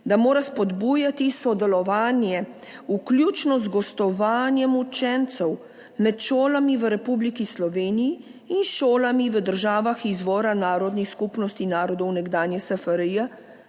da mora spodbujati sodelovanje, vključno z gostovanjem učencev med šolami v Republiki Sloveniji in šolami v državah izvora narodnih skupnosti narodov nekdanje SFRJ